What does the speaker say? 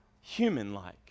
human-like